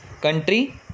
Country